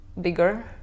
bigger